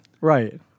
Right